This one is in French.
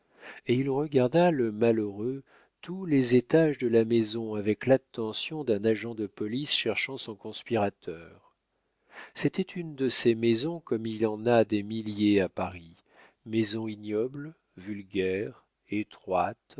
et il regarda le malheureux tous les étages de la maison avec l'attention d'un agent de police cherchant son conspirateur c'était une de ces maisons comme il y en a des milliers à paris maison ignoble vulgaire étroite